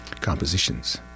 compositions